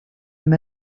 amb